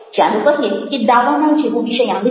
ચાલો કહીએ કે દાવાનળ જેવો વિષયાંગ છે